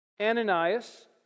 Ananias